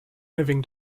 having